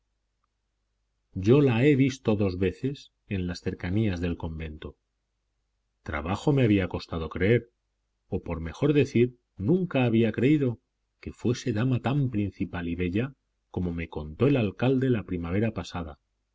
yo la he visto dos veces en las cercanías del convento trabajo me había costado creer o por mejor decir nunca había creído que fuese dama tan principal y bella como me contó el alcalde la primavera pasada